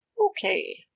Okay